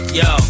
yo